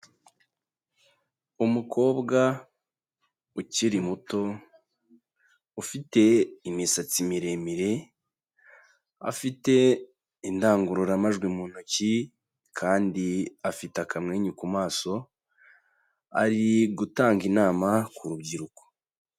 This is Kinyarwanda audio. Umukobwa ukiri muto, ufite imisatsi miremire, afite indangururamajwi mu ntoki kandi afite akamwenyu ku maso, ari gutanga inama ku rubyiruko.